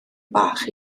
bach